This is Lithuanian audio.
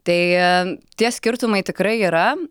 tai tie skirtumai tikrai yra